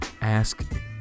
Ask